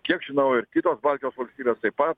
kiek žinau ir kitos baltijos valstybės taip pat